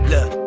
Look